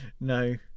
No